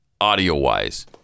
audio-wise